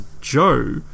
Joe